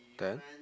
then